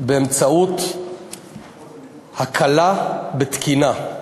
באמצעות הקלה בתקינה.